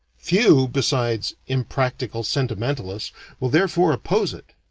few besides impractical sentimentalists will therefore oppose it.